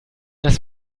das